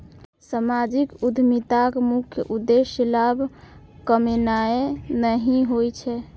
सामाजिक उद्यमिताक मुख्य उद्देश्य लाभ कमेनाय नहि होइ छै